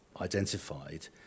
identified